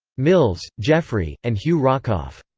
mills, geofrey, and hugh rockoff.